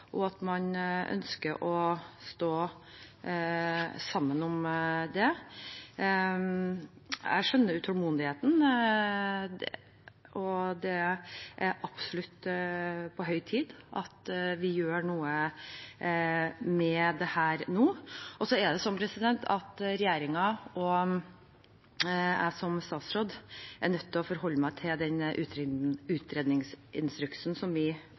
Jeg skjønner utålmodigheten, og det er absolutt på høy tid at vi gjør noe med dette nå. Men regjeringen, og jeg som statsråd, er nødt til å forholde oss til den utredningsinstruksen vi følger, og i alle saker og vedtak som skal gjøres her i Stortinget – særlig hvis regjeringspartiene skal bidra til det – er det viktig for oss at vi